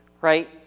right